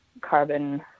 carbon